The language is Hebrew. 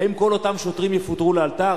האם כל אותם שוטרים יפוטרו לאלתר?